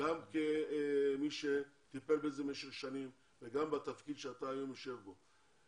גם כמי שטיפל בנושא במשך שנים וגם בתפקיד שהיום אתה ממלא אותו.